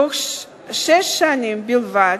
בתוך שש שנים בלבד,